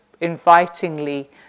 invitingly